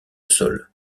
sol